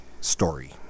story